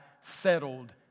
settled